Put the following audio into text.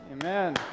Amen